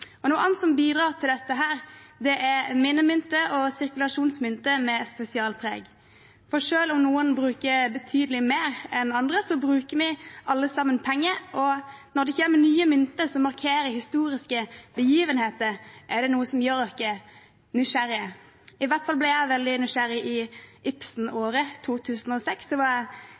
Noe annet som bidrar til dette, er minnemynter og sirkulasjonsmynter med spesialpreg. Selv om noen bruker betydelig mer enn andre, bruker vi alle sammen penger. Når det kommer nye mynter som markerer historiske begivenheter, er det noe som gjør oss nysgjerrige. I hvert fall ble jeg veldig nysgjerrig i Ibsen-året 2006. Da var jeg